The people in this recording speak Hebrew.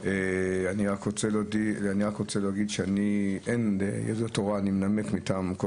אני רק רוצה להגיד שאני מנמק מטעם כל